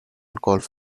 golf